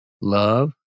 Love